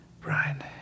Brian